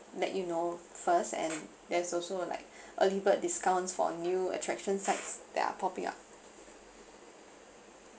let you know first and there's also like early bird discounts for new attraction sites that are popping up